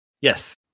Yes